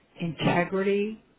integrity